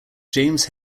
james